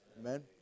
amen